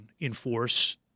enforce